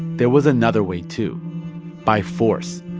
there was another way, too by force.